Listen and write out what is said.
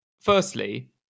firstly